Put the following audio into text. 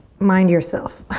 mind yourself.